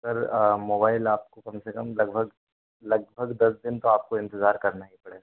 sir mobile आपको कम से कम लगभग लगभग दस दिन तो आपको इंतिज़ार करना ही पड़ेगा